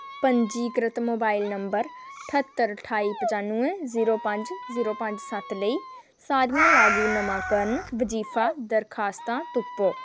पंजीकृत mobile number ठह्त्तर ठाई पचानुएं जीरो पंज जीरो पंज सत्त लेई सारियां लागू नमांकरण बजीफा दरखास्तां तुप्पो